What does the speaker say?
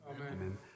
Amen